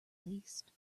least